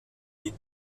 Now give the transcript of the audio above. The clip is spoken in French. des